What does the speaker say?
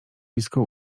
blisko